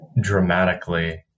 dramatically